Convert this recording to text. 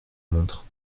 montre